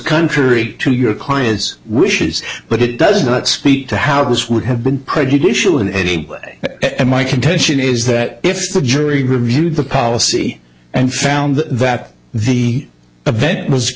contrary to your client's wishes but it does not speak to how this would have been prejudicial in any way and my contention is that if the jury reviewed the policy and found that the event was